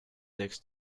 sechs